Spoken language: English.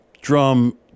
drum